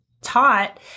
taught